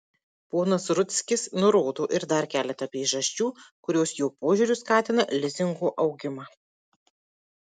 ponas rudzkis nurodo ir dar keletą priežasčių kurios jo požiūriu skatina lizingo augimą